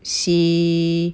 see